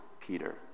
Peter